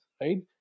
right